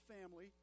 family